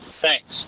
Thanks